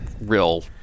real